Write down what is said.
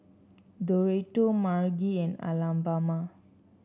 Doretta Margy and Alabama